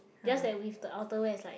just that with the outerwear it's like